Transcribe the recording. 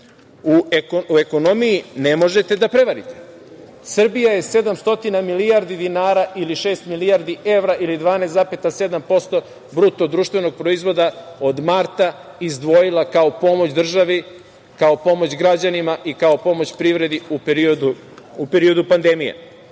U ekonomiji ne možete da prevarite. Srbija je 700 milijardi dinara ili 6 milijardi evra ili 12,7% BDP od marta izdvojila kao pomoć državi, kao pomoć građanima i kao pomoć privredi u periodu pandemije.